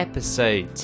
Episode